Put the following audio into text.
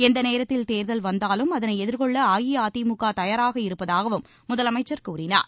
எந்த நோத்தில் தேர்தல் வந்தாலும் அதளை எதிர்கொள்ள அஇஅதிமுக தயாராக இருப்பதாகவும் முதலமைச்சர் கூறினார்